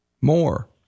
More